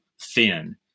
thin